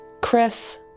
Chris